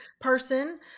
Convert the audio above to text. person